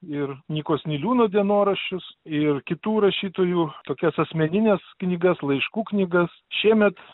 ir nykos niliūno dienoraščius ir kitų rašytojų tokias asmenines knygas laiškų knygas šiemet